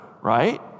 right